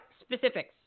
Specifics